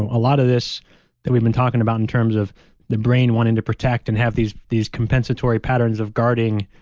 a lot of this that we've been talking about in terms of the brain wanting to protect and have these these compensatory patterns of guarding,